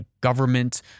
Government